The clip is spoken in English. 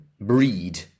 Breed